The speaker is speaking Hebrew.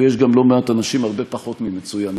ויש גם לא מעט אנשים הרבה פחות ממצוינים,